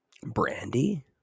Brandy